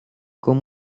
con